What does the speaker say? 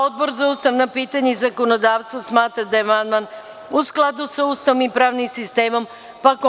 Odbor za ustavna pitanja i zakonodavstvo smatra da je amandman u skladu sa Ustavom i pravnim sistemom Republike Srbije.